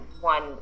one